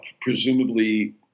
presumably